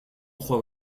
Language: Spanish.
juego